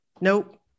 Nope